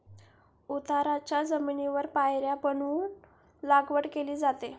उताराच्या जमिनीवर पायऱ्या बनवून लागवड केली जाते